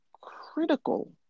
critical